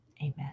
Amen